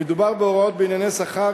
מדובר בהוראות בענייני שכר,